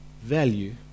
value